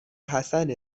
حسن